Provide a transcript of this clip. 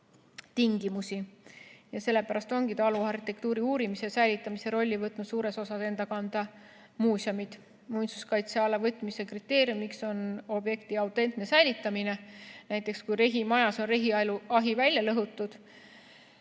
tingimusi. Sellepärast ongi taluarhitektuuri uurimise ja säilitamise rolli võtnud suures osas enda kanda muuseumid. Muinsuskaitse alla võtmise kriteeriumiks on objekti autentne säilitamine. Näiteks, kui rehimajas on reheahi välja lõhutud